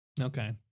Okay